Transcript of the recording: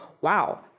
Wow